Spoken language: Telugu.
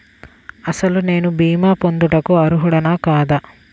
అసలు నేను భీమా పొందుటకు అర్హుడన కాదా?